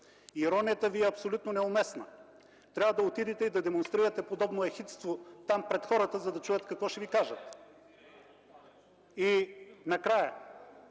Иронията Ви е абсолютно неуместна! Трябва да отидете и да демонстрирате подобно ехидство там, пред хората, за да чуете какво ще Ви кажат. РЕПЛИКА